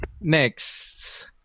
Next